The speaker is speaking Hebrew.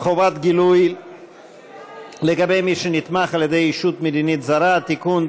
חובת גילוי לגבי מי שנתמך על-ידי ישות מדינית זרה (תיקון),